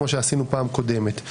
כמו שעשינו פעם קודמת.